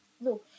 no